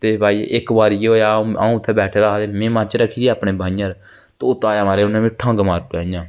केई बारी इक बारी केह् होएआ आ'ऊं बैठे दा हा में मर्च रक्खी अपनी बाहियैं पर उन डंग मारी दित्ती